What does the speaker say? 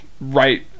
right